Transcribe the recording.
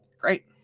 great